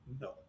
no